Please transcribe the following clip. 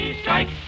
strike